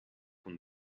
con